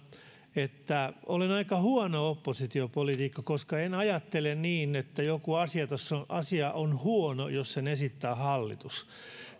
että olen aika huono oppositiopoliitikko koska en ajattele niin että joku asia on huono jos sen esittää hallitus